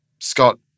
Scott